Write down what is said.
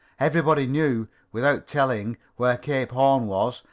everybody knew, without telling, where cape horn was,